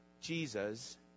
Jesus